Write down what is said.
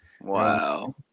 Wow